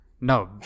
No